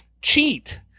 cheat